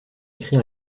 écrit